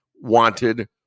Wanted